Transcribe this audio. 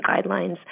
guidelines